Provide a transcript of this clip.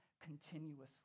continuously